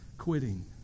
Quitting